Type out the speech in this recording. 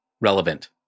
relevant